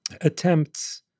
attempts